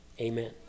Amen